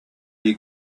you